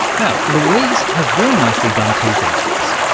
now, louise has very nicely done two things for us.